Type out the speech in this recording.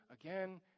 again